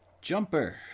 Jumper